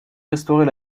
restaurer